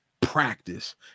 practice